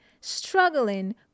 struggling